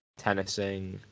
tennising